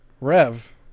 Rev